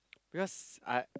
because I